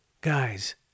Guys